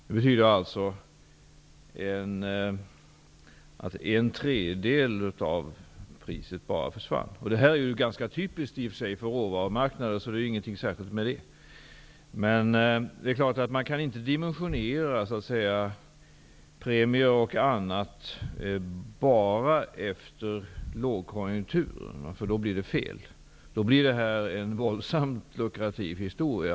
Det betyder alltså att en tredjedel av priset bara försvann. Detta är ganska typiskt för råvarumarknader, och det är inget särskilt med det. Men man kan inte dimensionera premier och annat bara efter lågkonjunktur. Då blir det fel. Då blir detta en våldsmt lukrativ historia.